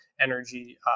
energy